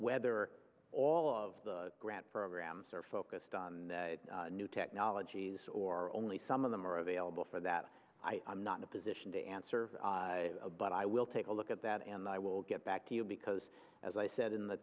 ether all of the grant programs are focused on new technologies or only some of them are available for that i'm not in a position to answer but i will take a look at that and i will get back to you because as i said in the